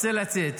רוצה לצאת,